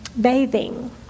bathing